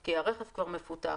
כי הרכב כבר מפותח,